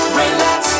relax